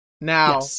Now